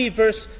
verse